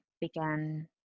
began